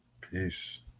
Peace